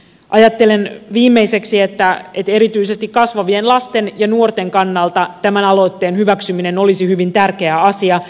ajattelen viimeiseksi että erityisesti kasvavien lasten ja nuorten kannalta tämän aloitteen hyväksyminen olisi hyvin tärkeä asia